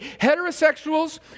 heterosexuals